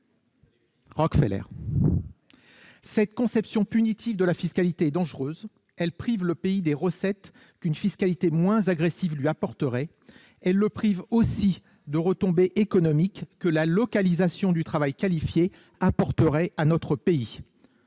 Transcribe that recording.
! Cette conception punitive de la fiscalité est dangereuse. Elle prive le pays des recettes qu'une fiscalité moins agressive lui apporterait. Elle le prive aussi de retombées économiques liées à la localisation du travail qualifié. On parle